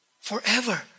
forever